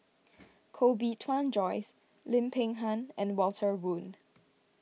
Koh Bee Tuan Joyce Lim Peng Han and Walter Woon